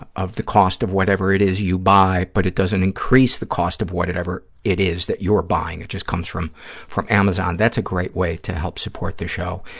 of of the cost of whatever it is you buy but it doesn't increase the cost of whatever it is that you're buying. it just comes from from amazon. that's a great way to help support the show.